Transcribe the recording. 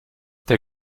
der